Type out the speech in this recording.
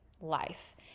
life